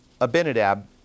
Abinadab